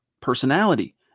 personality